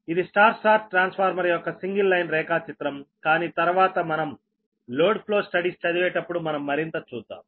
ఇది Y Y transformer యొక్క single line రేఖాచిత్రంకానీ తర్వాత మనం లోడ్ ఫ్లో స్టడీస్ చదివేటప్పుడు మనం మరింత చూద్దాం